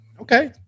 okay